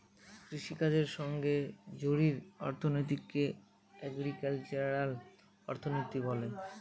কৃষিকাজের সঙ্গে জড়িত অর্থনীতিকে এগ্রিকালচারাল অর্থনীতি বলে